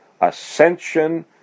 ascension